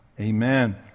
Amen